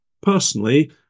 personally